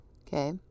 Okay